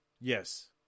Yes